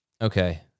Okay